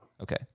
Okay